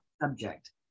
subject